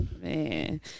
Man